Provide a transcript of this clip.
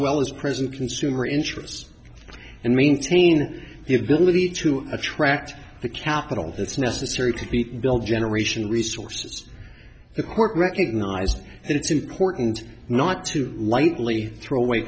well as present consumer interests and maintain the ability to attract the capital that's necessary to be built generation resources the court recognized that it's important not to lightly throw away